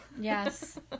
yes